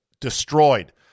destroyed